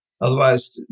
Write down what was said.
otherwise